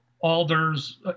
alders